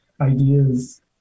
ideas